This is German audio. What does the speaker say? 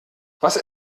was